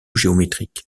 géométrique